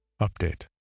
Update